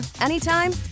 anytime